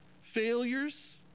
failures